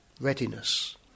readiness